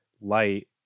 light